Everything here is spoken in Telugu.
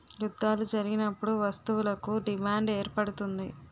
యుద్ధాలు జరిగినప్పుడు వస్తువులకు డిమాండ్ ఏర్పడుతుంది